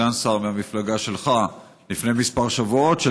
סגן שר במפלגה שלך לפני כמה שבועות,